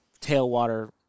tailwater